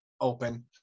open